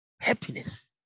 happiness